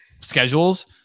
schedules